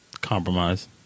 compromise